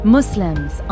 Muslims